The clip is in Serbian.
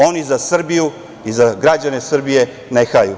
Oni za Srbiju i za građane Srbije ne haju.